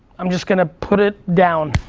i'm just gonna put it down.